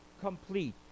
complete